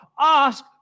Ask